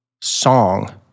song